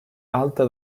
alta